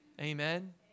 Amen